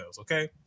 Okay